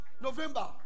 November